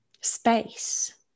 space